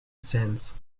sense